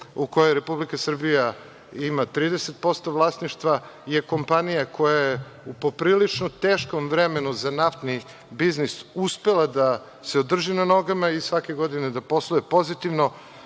u kojoj Republika Srbija ima 30% vlasništva je kompanija koja je u poprilično teškom periodu za naftni biznis, uspela da se održi na nogama i svake godine da posluje pozitivno.